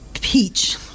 peach